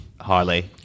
Harley